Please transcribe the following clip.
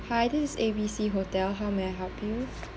hi this is A B C hotel how may I help you